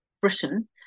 Britain